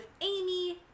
Amy